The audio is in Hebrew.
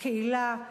הקהילה,